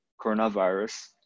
coronavirus